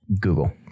Google